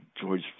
George